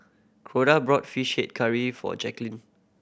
Corda brought Fish Head Curry for Jaqueline